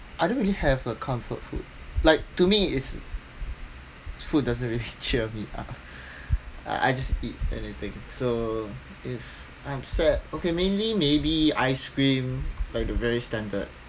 I don't really have a comfort food like to me it's food doesn't really cheer me up I I just eat anything so if I'm sad okay mainly maybe ice cream by the very standard